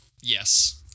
Yes